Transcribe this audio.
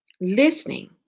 listening